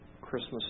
Christmas